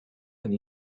and